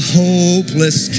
hopeless